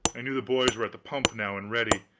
i knew the boys were at the pump now and ready.